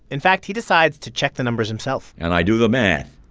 in fact, he decides to check the numbers himself and i do the math.